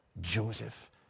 Joseph